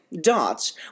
dots